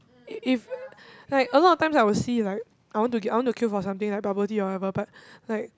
if if like a lot of times I would see like I want to I want to queue for something like bubble tea or whatever but like